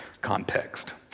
context